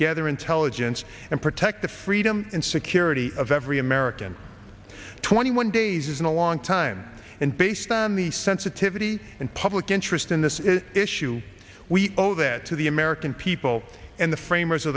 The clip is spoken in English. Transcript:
gather intelligence and protect the freedom and security of every american twenty one days in a long time and based on the sensitivity and public interest in this issue we owe that to the american people and the frame